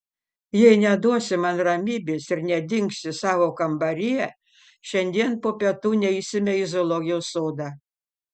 jei neduosi man ramybės ir nedingsi savo kambaryje šiandien po pietų neisime į zoologijos sodą